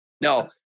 No